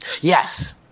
Yes